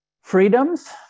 freedoms